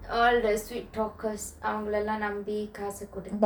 all the sweet talkers அவங்கலல்லாம் நம்பி காசு கொடுத்து:avangalallam nambi kasu koduthu